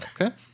Okay